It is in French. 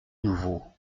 nouveau